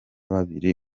babiri